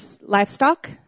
livestock